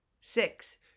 Six